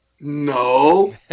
No